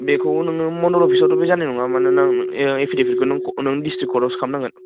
बेखौबो नोङो मण्डल अफिसावथ' बे जानाय नङा मानोना एफिडेभिटखौ नों डिस्ट्रिक्ट कर्टआवसो खालामनांगोन